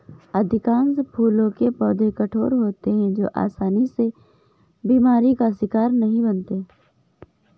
अधिकांश फूलों के पौधे कठोर होते हैं जो आसानी से बीमारी का शिकार नहीं बनते